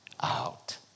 out